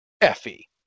Effie